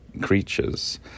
creatures